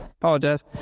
apologize